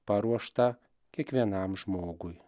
paruoštą kiekvienam žmogui